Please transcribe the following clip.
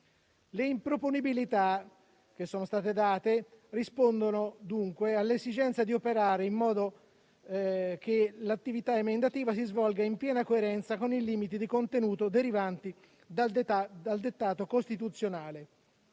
di improponibilità che sono state espresse rispondono dunque all'esigenza di operare in modo che l'attività emendativa si svolga in piena coerenza con i limiti di contenuto derivanti dal dettato costituzionale.